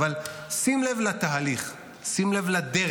אבל שים לב לתהליך, שים לב לדרך.